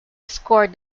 scored